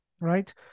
right